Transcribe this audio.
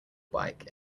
bike